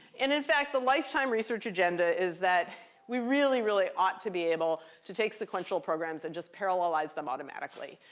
and in fact, the lifetime research agenda is that we really, really ought to be able to take sequential programs, and just paralyze them automatically.